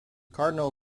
cardinal